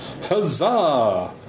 Huzzah